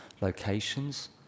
locations